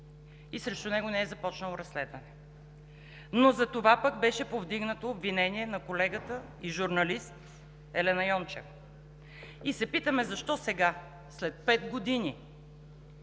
и срещу него не е започнало разследване. Но затова пък беше повдигнато обвинение на колегата и журналист Елена Йончева. И се питаме: защо сега, след пет години?